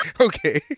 okay